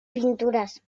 pinturas